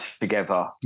together